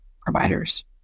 providers